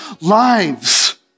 lives